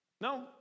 no